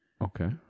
Okay